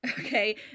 okay